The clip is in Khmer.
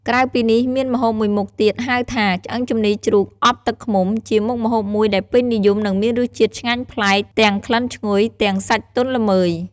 ក្រៅពីនេះមានម្ហូបមួយមុខទៀតហៅថា ឆ្អឹងជំនីជ្រូកអប់ទឹកឃ្មុំ ជាមុខម្ហូបមួយដែលពេញនិយមនិងមានរសជាតិឆ្ងាញ់ប្លែក ទាំងក្លិនឈ្ងុយ ទាំងសាច់ទន់ល្មើយ។